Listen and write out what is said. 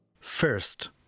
First